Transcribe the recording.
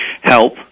help